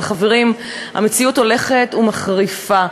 אבל, חברים, המציאות הולכת ומחריפה.